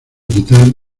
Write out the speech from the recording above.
quitar